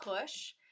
push